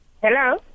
Hello